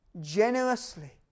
generously